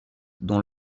dont